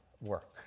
work